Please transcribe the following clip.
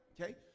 Okay